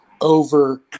over